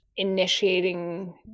initiating